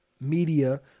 media